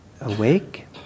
awake